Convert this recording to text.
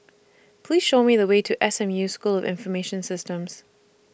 Please Show Me The Way to S M U School of Information Systems